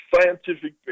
scientific